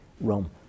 Rome